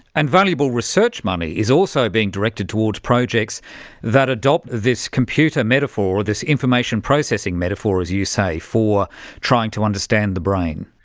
and valuable research money is also being directed towards projects that adopt this computer metaphor, this information processing metaphor, as you say, for trying to understand the brain.